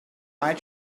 eye